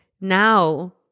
now